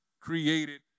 created